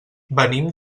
venim